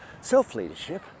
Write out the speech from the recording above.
self-leadership